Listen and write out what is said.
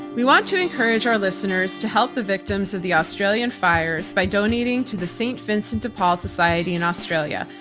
we want to encourage our listeners to help the victims of the australian fires by donating to the st. vincent de paul society in australia,